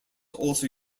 also